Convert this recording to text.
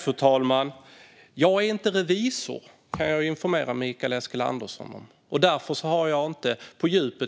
Fru talman! Jag kan informera Mikael Eskilandersson om att jag inte är revisor. Därför har jag inte